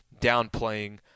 downplaying